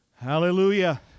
Hallelujah